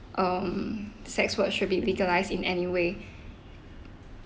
um sex work should be legalised in any way